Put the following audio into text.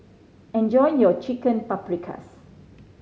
enjoy your Chicken Paprikas